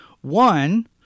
One